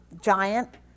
giant